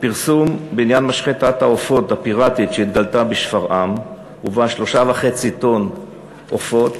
הפרסום בעניין משחטת העופות הפיראטית שהתגלתה בשפרעם ובה 3.5 טון עופות,